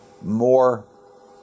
more